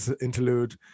interlude